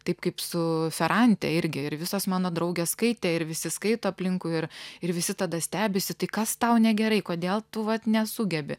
taip kaip su ferante irgi ir visos mano draugės skaitė ir visi skaito aplinkui ir ir visi tada stebisi tai kas tau negerai kodėl tu vat nesugebi